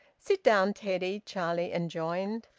sit down, teddy, charlie enjoined.